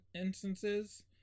instances